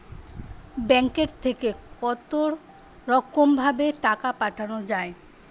ব্যাঙ্কের থেকে কতরকম ভাবে টাকা পাঠানো য়ায়?